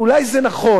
אולי זה נכון.